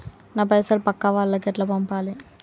నా పైసలు పక్కా వాళ్లకి ఎట్లా పంపాలి?